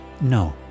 No